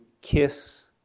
kiss